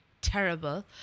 terrible